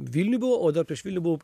vilniuj buvau o dar prieš vilnių buvau